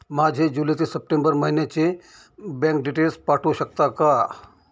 माझे जुलै ते सप्टेंबर महिन्याचे बँक डिटेल्स पाठवू शकता का?